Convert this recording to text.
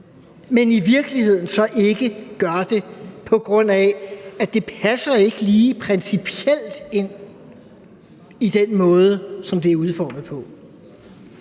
så i virkeligheden ikke gør det, på grund af at det ikke lige principielt passer ind i den måde, som det er udformet på.